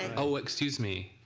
aye. excuse me.